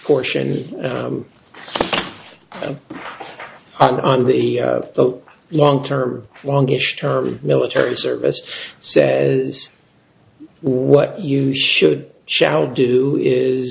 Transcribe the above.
portion of and on the vote long term longish term military service says what you should shall do is